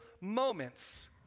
moments